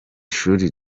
ishuri